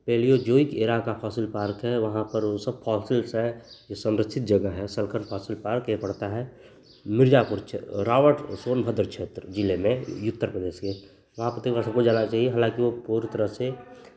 पहले यह जुइक एरा का फॉसिल पार्क है वहाँ पर वह सब फॉसिल्स है यह संरक्षित जगह है सलखन फॉसिल पार्क यह पड़ता है मिर्ज़ापुर छह रावट सोनभद्र क्षेत्र जिले में यह उत्तर प्रदेश के वहाँ पर प्रतिवर्ष जाना चाहिए हालाँकि वह पूरी तरह से